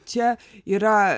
čia yra